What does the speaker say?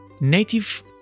Native